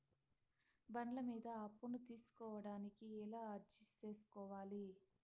బండ్ల మీద అప్పును తీసుకోడానికి ఎలా అర్జీ సేసుకోవాలి?